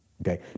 Okay